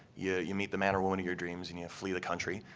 yeah you meet the man or woman of your dreams, and you flee the country.